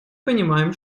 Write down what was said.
понимаем